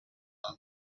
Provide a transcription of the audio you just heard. aisle